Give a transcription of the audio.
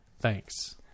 Thanks